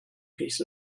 piece